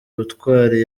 ubutwari